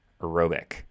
aerobic